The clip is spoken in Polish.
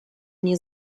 nie